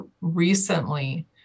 recently